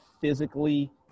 physically